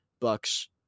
Bucks